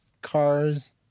Cars